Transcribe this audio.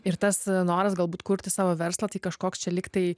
ir tas noras galbūt kurti savo verslą tai kažkoks čia lygtai